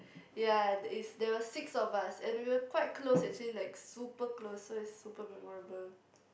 ya it is there were six of us and we were quite close actually like super close so it's super memorable